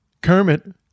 Kermit